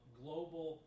global